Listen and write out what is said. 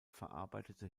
verarbeitete